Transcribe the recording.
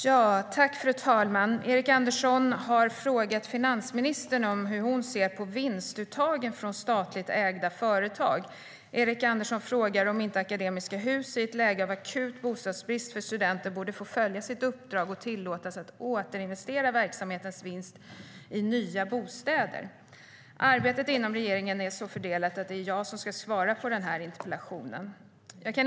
Fru ålderspresident! Erik Andersson har frågat finansministern hur hon ser på vinstuttagen från statligt ägda företag. Erik Andersson frågar om inte Akademiska Hus i ett läge av akut bostadsbrist för studenter borde få följa sitt uppdrag och tillåtas återinvestera verksamhetens vinst i nya bostäder. Arbetet inom regeringen är så fördelat att det är jag som ska svara på interpellationen.